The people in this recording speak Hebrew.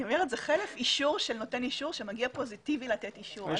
אני אומרת שזה חלף אישור שנותן אישור שמגיע פוזיטיבי לתת אישור.